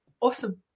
Awesome